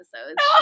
episodes